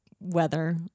weather